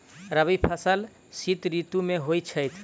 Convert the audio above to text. रबी फसल शीत ऋतु मे होए छैथ?